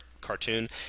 cartoon